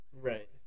Right